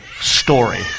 story